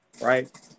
right